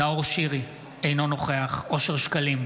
נאור שירי, אינו נוכח אושר שקלים,